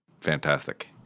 Fantastic